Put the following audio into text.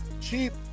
cheap